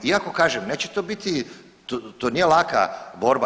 Iako kažem, neće to biti, to, to nije laka borba.